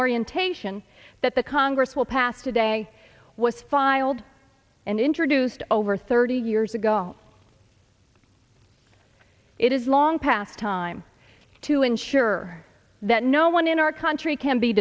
orientation that the congress will pass today was filed and introduced over thirty years ago it is long past time to ensure that no one in our country can be